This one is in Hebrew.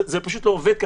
זה פשוט לא עובד כך,